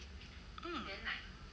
um